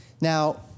Now